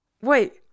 Wait